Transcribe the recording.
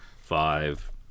five